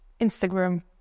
Instagram